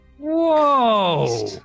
Whoa